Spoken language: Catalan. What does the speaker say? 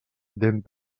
dent